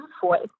voice